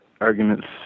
arguments